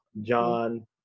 John